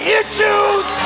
issues